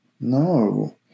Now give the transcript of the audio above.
No